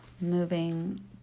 moving